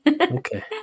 Okay